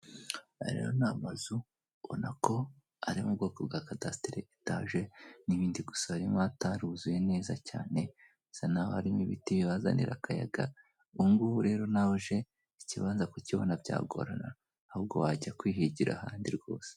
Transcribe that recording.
Aha rero ni amazu ubona ko ari mu bwoko bwa kadasitiri ,etaje n'ibindi, gusa harimo ataruzuye neza cyane, hasa naho harimo ibiti bibazanira akayaga, ubungubu rero nawe uje ikibanza kukibona byagorana, ahubwo wajya kwihigira ahandi rwose.